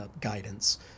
guidance